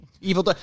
evil